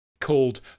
called